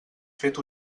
fet